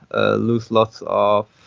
ah lose lots of